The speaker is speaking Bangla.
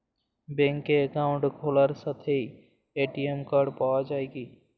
ব্যাঙ্কে অ্যাকাউন্ট খোলার সাথেই এ.টি.এম কার্ড পাওয়া যায় কি?